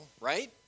right